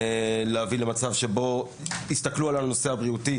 להביא למצב שבו יסתכלו על הנושא הבריאותי